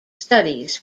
studies